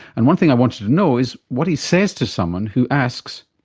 and one thing i wanted to know is what he says to someone who asks,